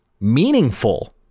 meaningful